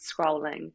scrolling